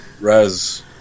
res